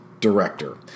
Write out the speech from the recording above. director